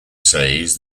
says